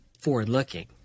forward-looking